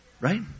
right